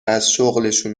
ازشغلشون